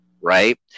right